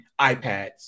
iPads